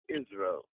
Israel